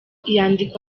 yandikwa